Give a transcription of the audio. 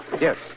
Yes